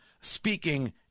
speaking